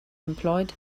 employed